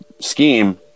scheme